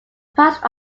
passed